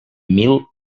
mil